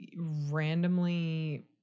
randomly